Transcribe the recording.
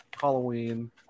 Halloween